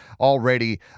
already